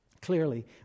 Clearly